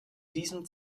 diesem